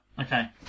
okay